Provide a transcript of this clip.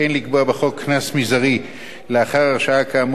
מזערי לאחר הרשעה כאמור בשני מקרים: אחד,